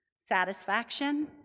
Satisfaction